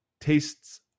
Tastes